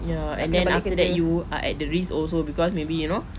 ya and then after that you are at the risk also because maybe you know